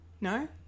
no